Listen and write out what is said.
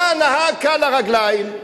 בא הנהג קל הרגליים,